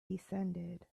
descended